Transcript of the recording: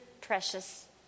precious